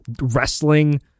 wrestling